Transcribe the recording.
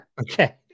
Okay